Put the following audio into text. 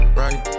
right